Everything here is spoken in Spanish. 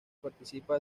participa